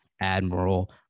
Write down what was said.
Admiral